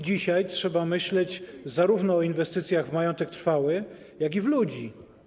Dzisiaj trzeba myśleć zarówno o inwestycjach w majątek trwały, jak i w ludzi.